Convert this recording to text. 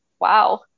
wow